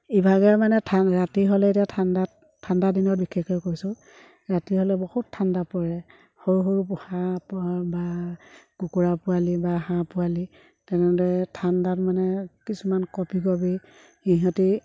ইভাগে মানে ঠাণ্ডা ৰাতি হ'লে এতিয়া ঠাণ্ডাত ঠাণ্ডাদিনত বিশেষকৈ কৈছোঁ ৰাতি হ'লে বহুত ঠাণ্ডা পৰে সৰু সৰু হাঁহ বা কুকুৰাপোৱালি বা হাঁহপোৱালি তেনেদৰে ঠাণ্ডাত মানে কিছুমান কঁপি কঁপি ইহঁতি